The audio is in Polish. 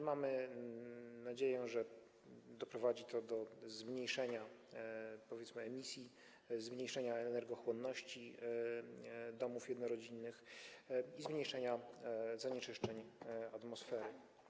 Mamy nadzieję, że doprowadzi to do zmniejszenia emisji, zmniejszenia energochłonności domów jednorodzinnych i zmniejszenia zanieczyszczeń atmosfery.